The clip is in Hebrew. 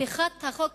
הפיכת חוק